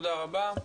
תודה רבה.